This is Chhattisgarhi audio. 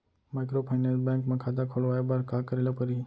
माइक्रोफाइनेंस बैंक म खाता खोलवाय बर का करे ल परही?